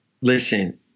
Listen